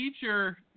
teacher